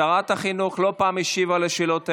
שרת החינוך השיבה לא פעם על השאלות האלה,